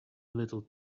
little